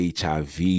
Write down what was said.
HIV